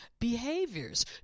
behaviors